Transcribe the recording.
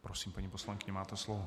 Prosím, paní poslankyně, máte slovo.